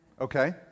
okay